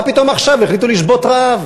מה פתאום עכשיו החליטו לשבות רעב?